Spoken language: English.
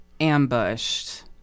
ambushed